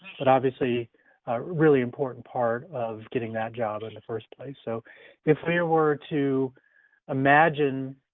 but obviously, a really important part of getting that job and first place. so if we were to imagine